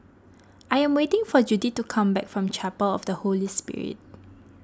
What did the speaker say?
I am waiting for Judyth to come back from Chapel of the Holy Spirit